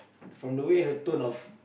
from the way the tone of